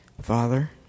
Father